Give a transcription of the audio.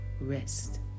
rest